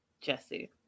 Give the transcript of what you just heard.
Jesse